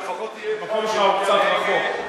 לפחות יהיה, המקום שלך קצת רחוק.